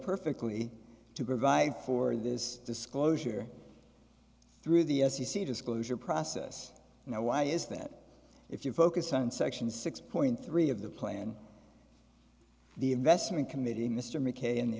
perfectly to provide for this disclosure through the f c c disclosure process and i why is that if you focus on section six point three of the plan the investment committing mr mckay and the